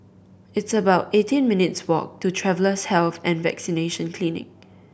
it's about eighteen minutes walk to Travellers Health and Vaccination Clinic